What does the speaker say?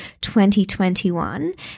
2021